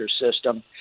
system